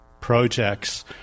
projects